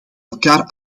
elkaar